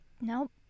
Nope